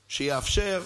שיאפשר,